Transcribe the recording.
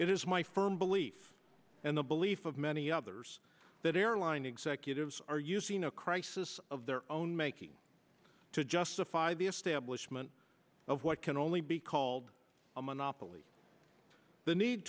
it is my firm belief and the belief of many others that airline executives are using a crisis of their own making to justify the establishment of what can only be called a monopoly the need